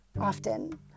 often